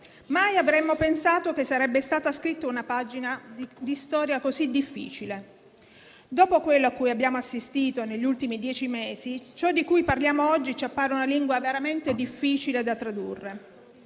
mai avremmo pensato che sarebbe stata scritta una pagina di storia così difficile. Dopo quello cui abbiamo assistito negli ultimi dieci mesi, ciò di cui parliamo oggi ci appare una lingua veramente difficile da tradurre.